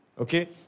Okay